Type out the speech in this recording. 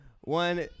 One